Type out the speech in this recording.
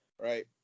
right